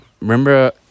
Remember